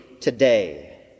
today